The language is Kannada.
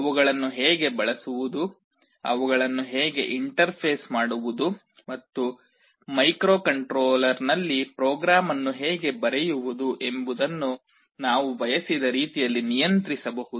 ಅವುಗಳನ್ನು ಹೇಗೆ ಬಳಸುವುದು ಅವುಗಳನ್ನು ಹೇಗೆ ಇಂಟರ್ಫೇಸ್ ಮಾಡುವುದು ಮತ್ತು ಮೈಕ್ರೊಕಂಟ್ರೋಲರ್ನಲ್ಲಿ ಪ್ರೋಗ್ರಾಂ ಅನ್ನು ಹೇಗೆ ಬರೆಯುವುದು ಎಂಬುದನ್ನು ನಾವು ಬಯಸಿದ ರೀತಿಯಲ್ಲಿ ನಿಯಂತ್ರಿಸಬಹುದು